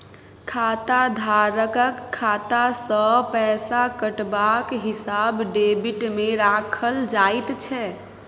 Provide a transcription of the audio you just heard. खाताधारकक खाता सँ पैसा कटबाक हिसाब डेबिटमे राखल जाइत छै